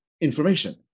information